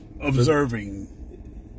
Observing